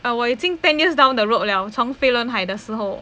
哦我已经 ten years down the road 了从飞轮海的时候